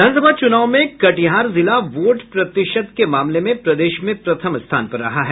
विधानसभा चुनाव में कटिहार जिला वोट प्रतिशत के मामले में प्रदेश में प्रथम स्थान पर रहा है